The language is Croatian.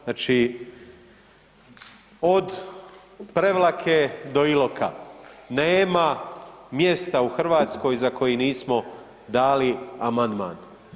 Znači, od Prevlake do Iloka nema mjesta u Hrvatskoj za koji nismo dali amandman.